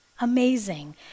Amazing